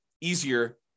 easier